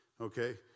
Okay